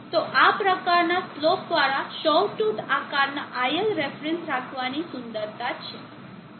તે આ પ્રકારના સ્લોપવાળા સૌ ટુથ આકારના iLref રાખવાની સુંદરતા છે